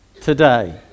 today